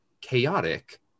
chaotic